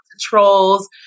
trolls